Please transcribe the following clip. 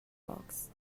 box